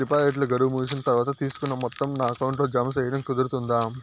డిపాజిట్లు గడువు ముగిసిన తర్వాత, తీసుకున్న మొత్తం నా అకౌంట్ లో జామ సేయడం కుదురుతుందా?